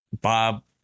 bob